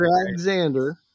Alexander